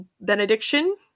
benediction